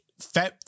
Feb